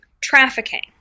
trafficking